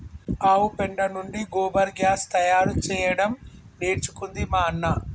ఆవు పెండ నుండి గోబర్ గ్యాస్ తయారు చేయడం నేర్చుకుంది మా అన్న